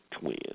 Twins